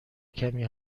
کمی